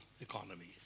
economies